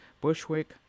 Bushwick